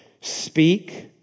speak